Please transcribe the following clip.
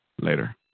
later